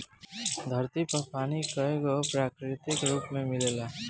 धरती पर पानी कईगो प्राकृतिक रूप में मिलेला